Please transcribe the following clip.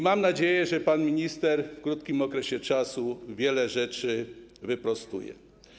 Mam nadzieję, że pan minister w krótkim okresie wiele rzeczy wyprostuje.